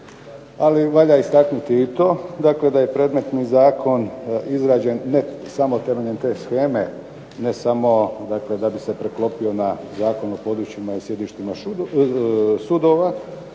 Ali valja istaknuti i to da je predmetni zakon izrađen ne samo temeljem te sheme, ne samo da bi se preklopio na Zakon o područjima i sjedištima sudova